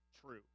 true